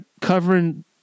covering